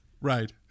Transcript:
right